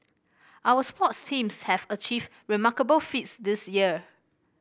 our sports teams have achieved remarkable feats this year